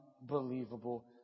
unbelievable